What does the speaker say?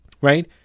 right